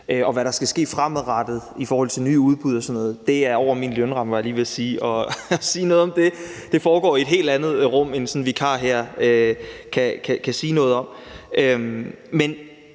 nu. Hvad der skal ske fremadrettet i forhold til nye udbud og sådan noget, er det over min lønramme – var jeg lige ved at sige – at sige noget om. Det foregår i et helt andet rum, og det kan sådan en vikar her ikke sige noget om. Men